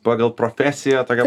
pagal profesiją tokią